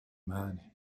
madre